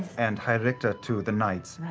and high-richter to the knights,